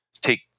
take